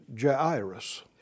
Jairus